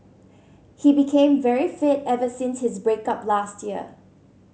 he became very fit ever since his break up last year